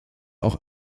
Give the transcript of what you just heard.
auch